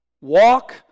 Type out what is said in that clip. Walk